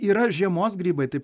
yra žiemos grybai taip